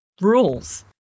rules